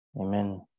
Amen